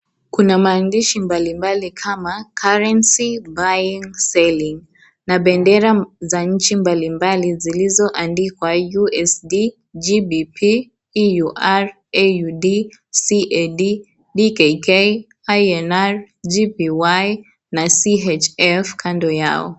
Kuna maandishi mbalimbali kama (cs) currency, buying , selling na bendera mbalimbali zilizoandikwa USD, GBP, EUR, AUD, CAD, DKK, INR, JPY na CHF kando yao.